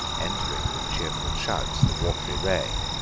ent'ring with cheerful shouts the wat'ry reign,